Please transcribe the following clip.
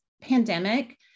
pandemic